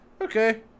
Okay